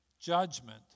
judgment